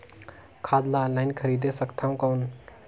खाद ला ऑनलाइन खरीदे सकथव कौन?